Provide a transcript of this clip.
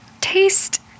taste